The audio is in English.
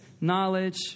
knowledge